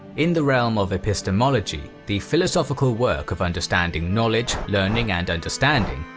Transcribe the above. in the realm of epistemology, the philosophical work of understanding knowledge, learning, and understanding,